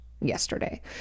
yesterday